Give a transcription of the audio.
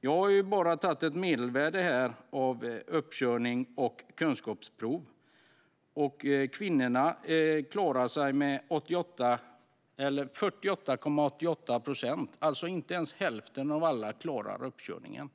Jag har bara tagit ett medelvärde i fråga om uppkörning och kunskapsprov. Det är 48,88 procent av kvinnorna som klarar sig. Inte ens hälften av alla klarar uppkörningen.